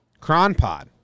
Cronpod